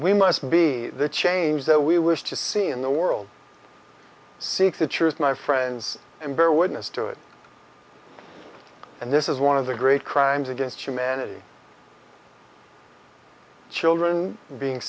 we must be the change that we wish to see in the world seek the truth my friends and bear witness to it and this is one of the great crimes against humanity children being